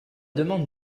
demande